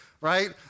right